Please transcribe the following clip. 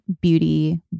beauty